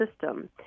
system